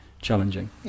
challenging